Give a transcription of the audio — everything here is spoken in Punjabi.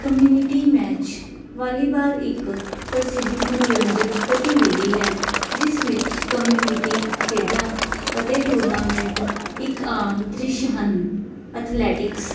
ਕਮਿਊਨਿਟੀ ਮੈਚ ਵਾਲੀਬਾਲ ਇੱਕ ਪ੍ਰਸਿੱਧ ਮਨੋਰੰਜਕ ਗਤੀਵਿਧੀ ਹੈ ਜਿਸ ਵਿੱਚ ਕਮਿਊਨਿਟੀ ਖੇਡਾਂ ਅਤੇ ਟੂਰਨਾਮੈਂਟ ਇੱਕ ਆਮ ਦ੍ਰਿਸ਼ ਹਨ ਐਥਲੈਟਿਕਸ